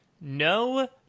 no